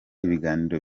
ibiganiro